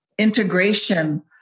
integration